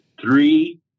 three